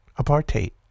apartheid